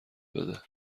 بده